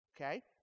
Okay